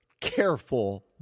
careful